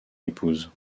épouse